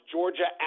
Georgia